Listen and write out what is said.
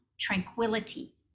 tranquility